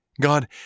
God